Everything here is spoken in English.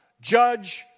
judge